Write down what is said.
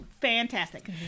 Fantastic